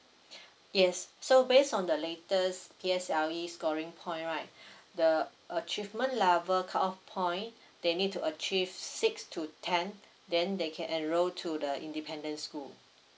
yes so based on the later P_S_L_E scoring point right the achievement level cut off point they need to achieve six to ten then they can enroll to the independent school